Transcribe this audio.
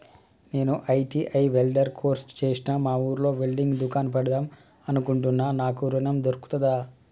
నేను ITI welder course చేశ్న మా ఊర్లో వెల్డింగ్ దుకాన్ పెడదాం అనుకుంటున్నా నాకు ఋణం దొర్కుతదా?